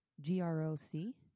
g-r-o-c